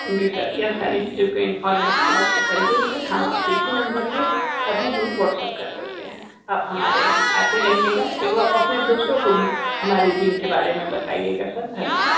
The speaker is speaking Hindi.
जी सर यह सारी चीज़ों की इंफॉर्मेशन और टोटल बिल सर हम आपके इसी नंबर पर अभी ये व्हाट्सएप कर देते हैं आप हमारे यहाँ आते रहिएगा एवं अपने दोस्तों को भी हमारे जिम के बारे में बताएगा सर धन्यवाद